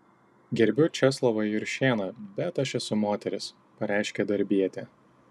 gerbiu česlovą juršėną bet aš esu moteris pareiškė darbietė